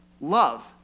love